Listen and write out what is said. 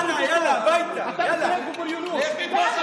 יאללה, יאללה, הביתה, יאללה ברא, ברא.